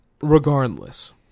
regardless